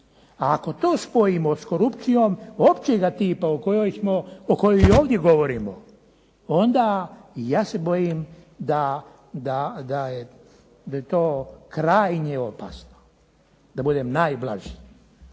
a ako to spojimo s korupcijom općega tipa o kojoj i ovdje govorimo, onda ja se bojim da je to krajnje opasno, da budem najblaži.